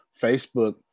Facebook